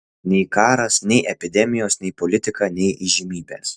nei karas nei epidemijos nei politika nei įžymybės